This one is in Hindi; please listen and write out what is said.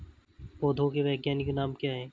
पौधों के वैज्ञानिक नाम क्या हैं?